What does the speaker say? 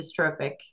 dystrophic